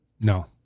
No